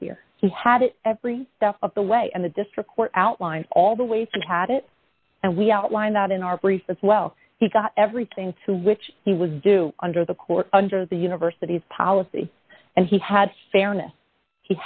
here he had it every step of the way and the district court outlined all the ways and had it and we outlined that in our brief that's well he got everything to which he was due under the court under the university's policy and he h